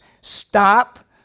stop